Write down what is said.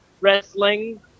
Wrestling